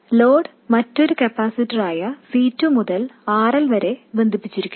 load മറ്റൊരു കപ്പാസിറ്ററായ C2 മായി RL മായി ബന്ധിപ്പിച്ചിരിക്കുന്നു